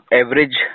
average